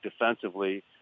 defensively